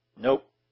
Nope